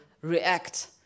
react